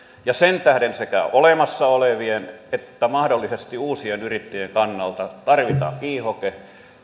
sen tähden sekä olemassa olevien että mahdollisesti uusien yrittäjien kannalta tarvitaan kiihoke